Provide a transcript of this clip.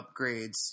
upgrades